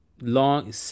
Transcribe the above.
long